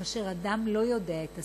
כאשר אדם לא יודע את השפה,